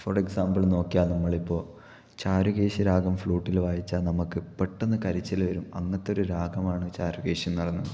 four example നോക്കിയാല് നമ്മളിപ്പോൾ ചാരുകേശി രാഗം ഫ്ലൂട്ടില് വായിച്ചാല് നമുക്ക് പെട്ടന്ന് കരച്ചില് വരും അങ്ങനത്തെ ഒരു രാഗമാണ് ചാരുകേശി എന്ന് പറയുന്നത്